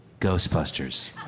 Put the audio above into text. Ghostbusters